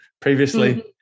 previously